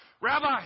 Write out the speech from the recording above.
rabbi